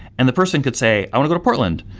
and the person could say, i want to go to portland.